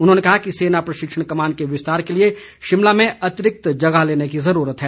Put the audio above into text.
उन्होंने कहा कि सेना प्रशिक्षण कमान के विस्तार के लिए शिमला में अतिरिक्त जगह लेने की जरूरत है